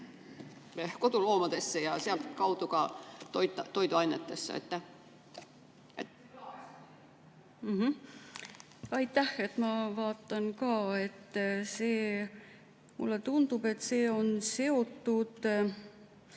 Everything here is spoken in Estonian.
koduloomadesse ja sealtkaudu ka toiduainetesse? Aitäh! Ma vaatan ka. Mulle tundub, et see on seotud